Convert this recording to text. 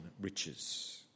riches